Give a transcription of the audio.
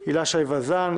הילה שי-וזאן,